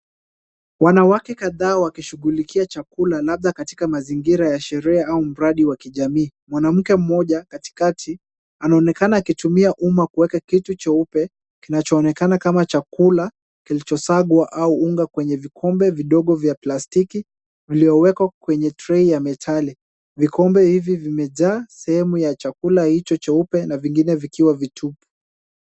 Wanawake kadhaa wakishughulikia chakula labda katika mazingira ya sherehe au mradi wa kijamii. Mwanamke mmoja katikati anaonekana akitumia uma kuweka kitu cheupe kinachoonekana kama chakula kilichosagwa au unga kwenye vikombe vidogo vya palstiki viliowekwa kwenye trei ya metali. Vikombe hivi vimejaa sehemu ya chakula hicho cheupe na vingine vikiwa vitupu.